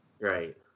Right